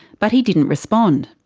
but he didn't respond.